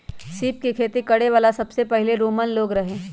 सीप के खेती करे वाला सबसे पहिले रोमन लोग रहे